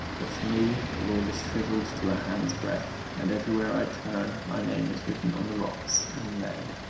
but for me the world is shrivelled to a handsbreadth, and everywhere i turn my name is written on the rocks in lead.